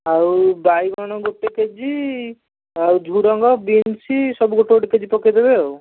ଆଉ ବାଇଗଣ ଗୋଟେ କେଜି ଆଉ ଝୁଡ଼ଙ୍ଗ ବିନ୍ସ୍ ସବୁ ଗୋଟେ ଗୋଟେ କେଜି ପକାଇଦେବେ ଆଉ